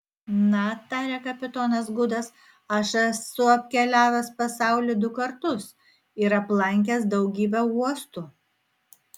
na tarė kapitonas gudas aš esu apkeliavęs pasaulį du kartus ir aplankęs daugybę uostų